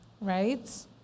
right